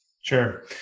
Sure